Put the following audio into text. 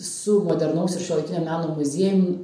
su modernaus ir šiuolaikinio meno muziejum